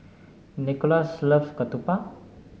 Nicolas loves Ketupat